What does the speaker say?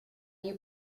you